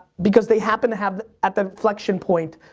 because they happen to have at the inflection point,